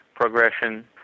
progression